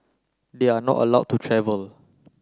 they are not allowed to travel